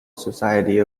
society